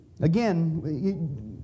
Again